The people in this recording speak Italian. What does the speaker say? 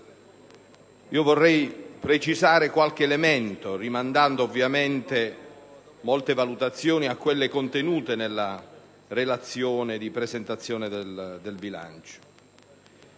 Vorrei precisare qualche elemento, rimandando molte valutazioni a quelle contenute nella relazione di presentazione del disegno